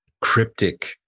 cryptic